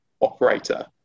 operator